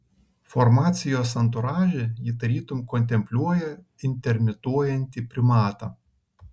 formacijos anturaže ji tarytum kontempliuoja intermituojantį primatą